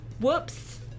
Whoops